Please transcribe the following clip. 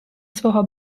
свого